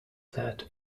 that